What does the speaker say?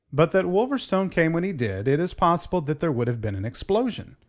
but that wolverstone came when he did, it is possible that there would have been an explosion.